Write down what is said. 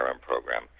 program